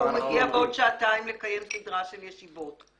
הוא מגיע בעוד שעתיים לקיים סדרה של ישיבות.